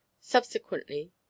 Subsequently